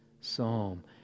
psalm